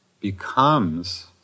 becomes